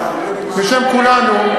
בשם כולנו,